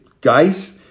guys